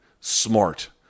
smart